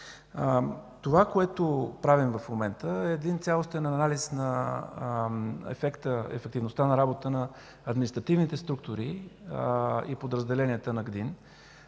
В момента правим един цялостен анализ на ефективността на работата на административните структури и подразделенията на ГДИН,